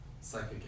psychic